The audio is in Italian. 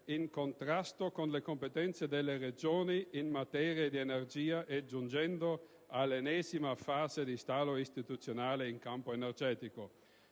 in contrasto con le competenze delle Regioni in materia di energia e giungendo all'ennesima fase di stallo istituzionale in campo energetico.